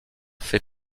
fait